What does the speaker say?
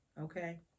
okay